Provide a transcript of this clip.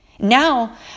Now